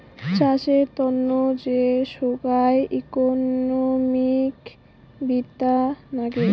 চাষের তন্ন যে সোগায় ইকোনোমিক্স বিদ্যা নাগে